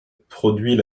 produit